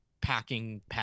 packing